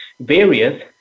various